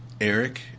eric